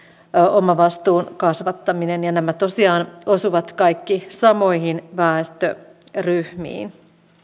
omavastuun kasvattaminen nämä tosiaan osuvat kaikki samoihin väestöryhmiin